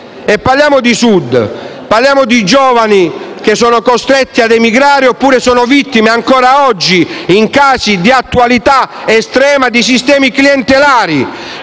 parliamo di Sud, di giovani che sono costretti ad emigrare oppure sono vittime ancora oggi, in casi di attualità estrema, di sistemi clientelari,